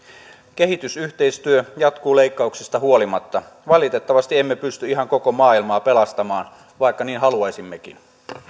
kehitysyhteistyö jatkuu leikkauksista huolimatta valitettavasti emme pysty ihan koko maailmaa pelastamaan vaikka niin haluaisimmekin